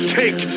take